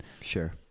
Sure